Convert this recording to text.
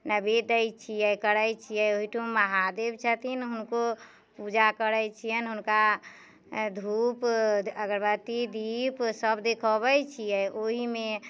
नैवेद्य दय छियै करैत छियै ओहिठुम महादेव छथिन हुनको पूजा करैत छिअनि हुनका धूप अगरबत्ती दीप सब देखबैत छियै ओहिमे